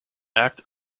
act